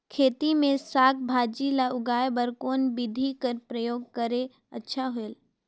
खेती मे साक भाजी ल उगाय बर कोन बिधी कर प्रयोग करले अच्छा होयल?